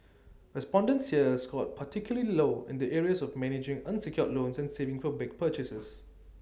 respondents here scored particularly low in the areas of managing unsecured loans and saving for big purchases